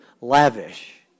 lavish